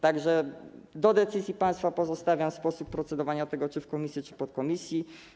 Tak że do decyzji państwa pozostawiam sposób procedowania tego - czy w komisji, czy w podkomisji.